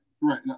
right